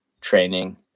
training